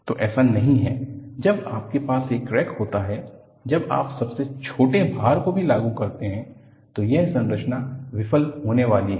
तो ऐसा नहीं है जब आपके पास एक क्रैक होता है जब आप सबसे छोटे भार को भी लागू करते हैं तो यह संरचना विफल होने वाली है